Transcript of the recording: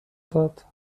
داد